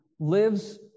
lives